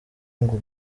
ngo